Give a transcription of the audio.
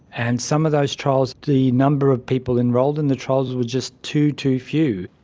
and some of those trials, the number of people enrolled in the trials were just too, too few.